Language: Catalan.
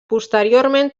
posteriorment